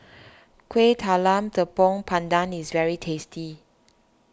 Kuih Talam Tepong Pandan is very tasty